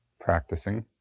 practicing